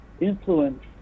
influence